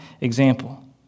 example